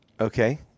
Okay